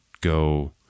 go